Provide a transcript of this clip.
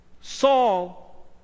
Saul